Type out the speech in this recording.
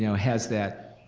you know has that